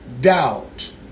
doubt